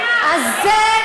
מדינה, את המדינה.